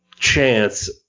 chance